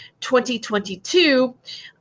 2022